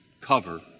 cover